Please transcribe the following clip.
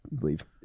leave